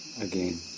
again